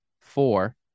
four